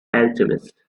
alchemist